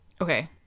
Okay